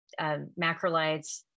macrolides